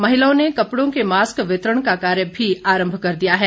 महिलाओं ने कपड़ों के मास्क वितरण का कार्य भी आरम्भ कर दिया है